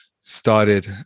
started